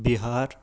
بہار